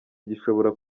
gishobora